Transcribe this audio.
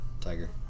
tiger